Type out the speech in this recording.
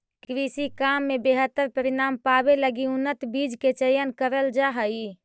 कृषि काम में बेहतर परिणाम पावे लगी उन्नत बीज के चयन करल जा हई